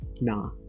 nah